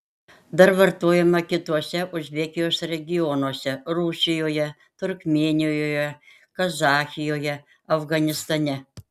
dar vartojama kituose uzbekijos regionuose rusijoje turkmėnijoje kazachijoje afganistane